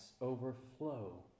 overflow